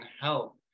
help